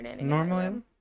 normally